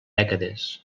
dècades